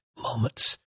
moments